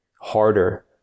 harder